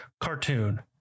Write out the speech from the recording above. cartoon